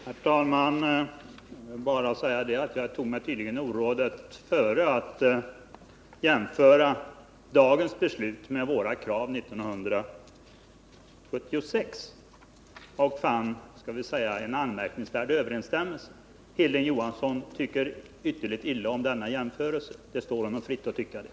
Herr talman! Jag vill bara säga att jag tog mig orådet före att jämföra dagens beslut med våra krav 1976 och fann då en anmärkningsvärd överensstämmelse. Hilding Johansson tycker ytterst illa om denna jämförelse, och det står honom fritt att göra det.